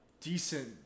decent